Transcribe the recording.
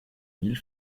mille